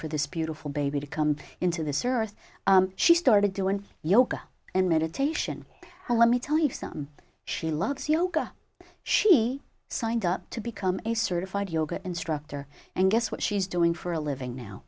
for this beautiful baby to come into this earth she started doing yoga and meditation and let me tell you some she loves yoga she signed up to become a certified yoga instructor and guess what she's doing for a living now